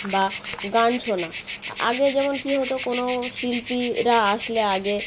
বা গান শোনা আগে যেমন কি হতো কোনো শিল্পীরা আসলে আগে